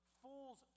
fools